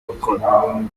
gukora